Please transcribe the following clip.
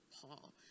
Paul